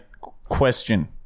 question